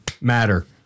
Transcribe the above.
matter